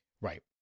Right